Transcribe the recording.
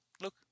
Look